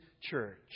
church